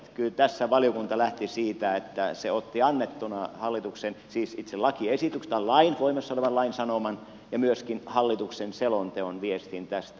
kyllä tässä valiokunta lähti siitä että se otti annettuna tämän voimassa olevan lain sanoman ja myöskin hallituksen selonteon viestin tästä